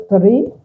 three